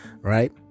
right